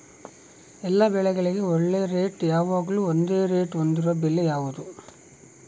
ಎಲ್ಲ ಬೆಳೆಗಳಿಗೆ ಒಳ್ಳೆ ರೇಟ್ ಯಾವಾಗ್ಲೂ ಒಂದೇ ರೇಟ್ ಹೊಂದಿರುವ ಬೆಳೆ ಯಾವುದು?